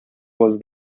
was